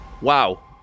wow